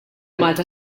malta